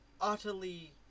utterly